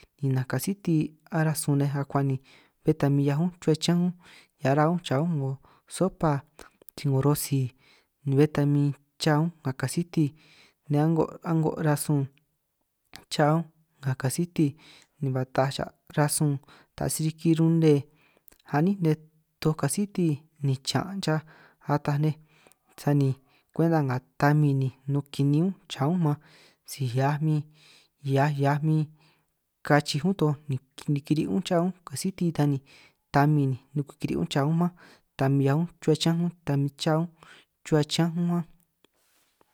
Ninaj kasiti aránj sun nej akuan' ni bé ta min 'hiaj únj chubua chiñán únj, hia rá únj cha únj 'ngo sopa si 'ngo rosi ni bé ta min cha únj nga kasiti nej a'ngo a'ngo rasun, cha únj nga kasiti ni ba taaj cha rasun ta si riki rune a'nín nej toj kasiti ni chian' chaj ataj nej, sani kwenta nga tamin ni nun kiniín únj cha únj man si hiaj min hiaj hiaj min kachij únj toj, ni kiri' únj cha únj kasiti ta ni tamin ni nun kiri' únj cha únj mánj, ta min 'hiaj únj chuhua chiñánj únj ta min cha únj chuhua chiñán únj ánj.